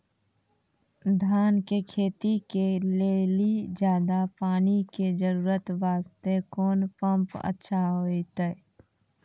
धान के खेती के लेली ज्यादा पानी के जरूरत वास्ते कोंन पम्प अच्छा होइते?